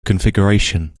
configuration